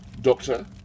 Doctor